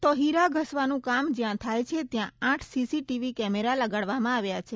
તો હીરા ઘસવાનું કામ જ્યાં થાય છે ત્યાં આઠ સીસીટીવી કેમેરા લગાડવામાં આવ્યા છે